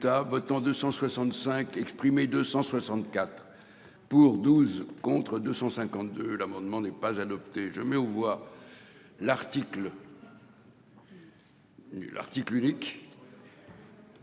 votants 265 exprimés, 264 pour 12 contre 252. L'amendement n'est pas adopté, je mets aux voix. L'article.